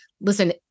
listen